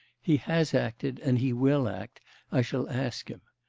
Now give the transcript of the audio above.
he has acted and he will act i shall ask him.